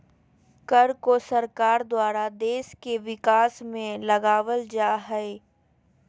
कर को सरकार द्वारा देश के विकास में लगावल जा हय